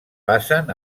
passen